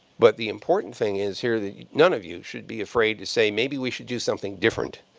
but the important thing is here that none of you should be afraid to say, maybe we should do something different.